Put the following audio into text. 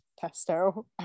Pesto